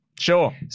Sure